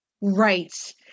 Right